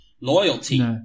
Loyalty